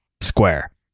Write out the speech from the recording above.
Square